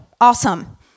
awesome